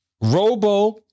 Robo